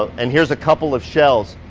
and here's a couple of shells,